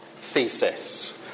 thesis